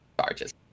charges